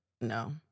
no